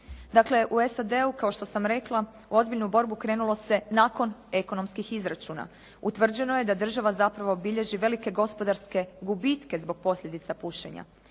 Dakle u SAD-u kao što sam rekla u ozbiljnu borbu krenulo se nakon ekonomskih izračuna. Utvrđeno je da država zapravo bilježi velike gospodarske gubitke zbog posljedica pušenja.